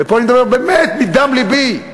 פה אני מדבר באמת מדם לבי,